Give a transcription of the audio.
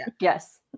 Yes